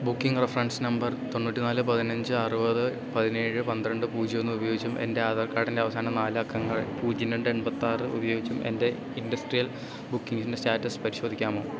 booking reference number തൊണ്ണൂറ്റിനാല് പതിനഞ്ച് അറുപത് പതിനേഴ് പന്ത്രണ്ട് പൂജ്യം ഒന്ന് ഉപയോഗിച്ചും എൻ്റെ ആധാർ കാർഡിൻ്റെ അവസാന നാല് അക്കങ്ങൾ പൂജ്യം രണ്ട് എണ്പത്തിയാറ് ഉപയോഗിച്ചും എൻ്റെ ഇൻഡസ്ട്രിയൽ ബുക്കിംഗിൻ്റെ സ്റ്റാറ്റസ് പരിശോധിക്കാമോ